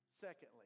Secondly